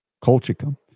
colchicum